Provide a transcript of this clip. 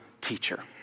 teacher